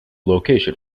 location